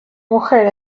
mujer